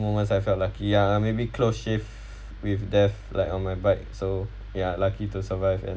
moment I felt lucky uh maybe close shave with death like on my bike so ya lucky to survive and